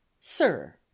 sir